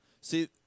See